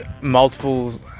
multiple